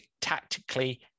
tactically